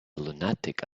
lunatic